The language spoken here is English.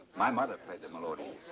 my mother played the melodeon.